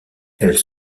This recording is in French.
elles